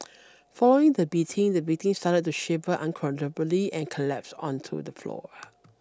following the beating the victim started to shiver uncontrollably and collapsed onto the floor